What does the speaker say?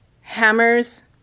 Hammers